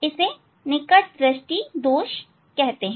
इसे निकट दृष्टि दोष कहते हैं